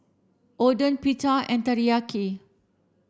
Oden Pita and Teriyaki